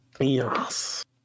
Yes